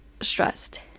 stressed